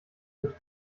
wird